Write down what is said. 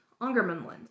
Angermanland